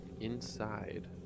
Inside